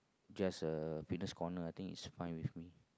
just a fitness corner I think is fine with me